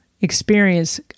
experience